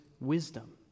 wisdom